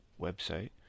website